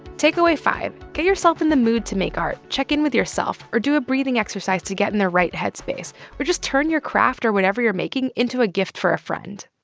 takeaway five get yourself in the mood to make art. check in with yourself or do a breathing exercise to get in the right headspace or just turn your craft or whatever you're making into a gift for a friend